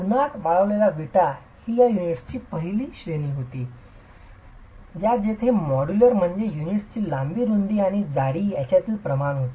उन्हात वाळलेल्या विटा ही युनिट्सची पहिली श्रेणी होती या जेथे मॉड्यूलर म्हणजे युनिट्सची लांबी रुंदी आणि जाडी यांच्यातील प्रमाण होते